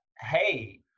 hey